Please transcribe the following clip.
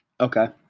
Okay